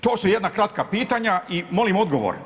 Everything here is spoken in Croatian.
To su jedna kratka pitanja i molim odgovor.